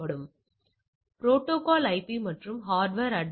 இது protocol IP மற்றும் இது ஹார்ட்வர் அட்ரஸ்